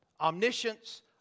omniscience